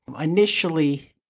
Initially